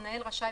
המנהל רשאי,